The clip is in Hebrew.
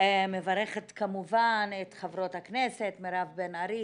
אני מברכת את חברות הכנסת: מירב בן ארי,